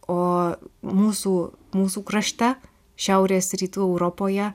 o mūsų mūsų krašte šiaurės rytų europoje